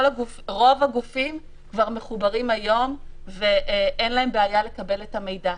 רוב הגופים כבר מחוברים היום ואין להם בעיה לקבל את המידע.